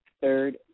third